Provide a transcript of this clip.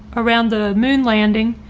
around the moon landing.